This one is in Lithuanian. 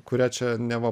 kurią čia neva